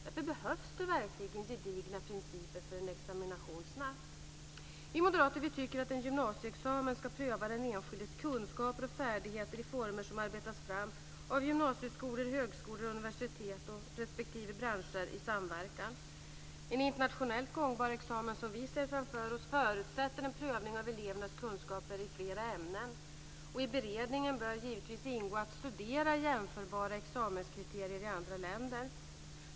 Därför behövs det verkligen snabbt gedigna principer för examination. Vi moderater tycker att en gymnasieexamen ska pröva den enskildes kunskaper och färdigheter i former som arbetas fram av gymnasieskolor, högskolor, universitet och respektive branscher i samverkan. En internationellt gångbar examen, som vi ser framför oss, förutsätter en prövning av elevernas kunskaper i flera ämnen. I beredningen bör givetvis ingå att studera jämförbara examenskriterier i andra länder.